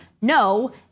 no